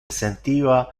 sentiva